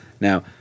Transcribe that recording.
now